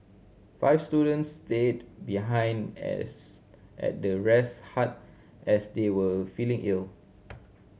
five students stayed behind as at the rest hut as they were feeling ill